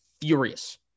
furious